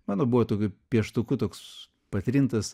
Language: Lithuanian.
mano buvo tokiu pieštuku toks patrintas